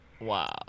Wow